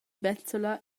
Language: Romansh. bezzola